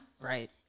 right